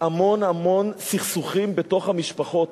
המון המון סכסוכים בתוך המשפחות,